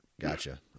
gotcha